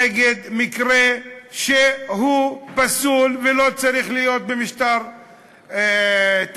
נגד מקרה שהוא פסול ולא צריך להיות במשטר תקין,